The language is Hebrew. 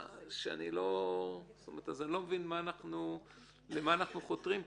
אני לא מבין למה אנחנו חותרים פה.